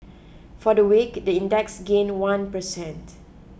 for the week the index gained one per cent